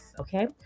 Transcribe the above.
okay